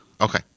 Okay